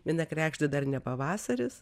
viena kregždė dar ne pavasaris